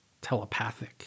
telepathic